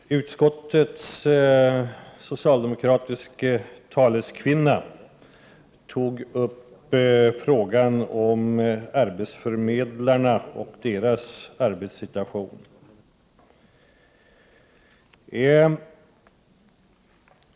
Herr talman! Utskottets socialdemokratiska taleskvinna tog upp frågan om arbetsförmedlarnas arbetssituation.